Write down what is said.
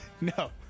No